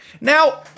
Now